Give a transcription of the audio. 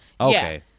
Okay